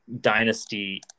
Dynasty